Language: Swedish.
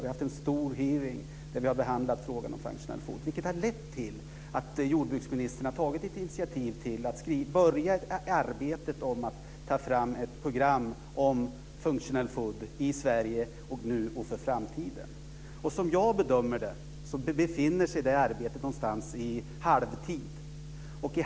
Vi har haft en stor hearing där vi har behandlat frågan om functional food. Det har lett till att jordbruksministern har tagit ett initiativ till att börja arbetet med att ta fram ett program om functional food i Sverige nu och för framtiden. Som jag bedömer det befinner sig det arbetet någonstans i halvtid.